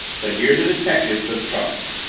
but here the detective took charge.